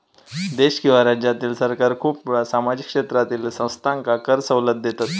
देश किंवा राज्यातील सरकार खूप वेळा सामाजिक क्षेत्रातील संस्थांका कर सवलत देतत